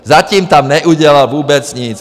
Zatím tam neudělal vůbec nic!